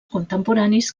contemporanis